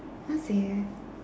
can't say eh